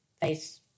face